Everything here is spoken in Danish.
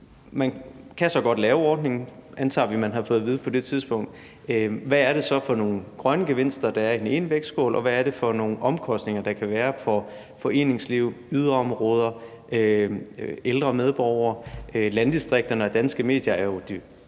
Man kan så godt lave ordningen – det antager vi man har fået at vide på det tidspunkt – hvad er det så for nogle grønne gevinster, der er i den ene vægtskål, og hvad er det for nogle omkostninger, der kan være for foreningsliv, yderområder, ældre medborgere? Landdistrikterne og Danske Medier er jo